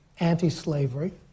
anti-slavery